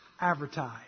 advertise